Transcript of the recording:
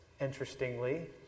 interestingly